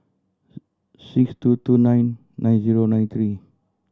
six two two nine nine zero nine three